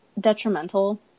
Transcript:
detrimental